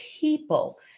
people